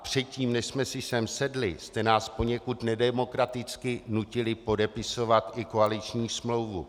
Předtím, než jsme si sem sedli, jste nás poněkud nedemokraticky nutili podepisovat i koaliční smlouvu.